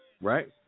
Right